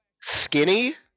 skinny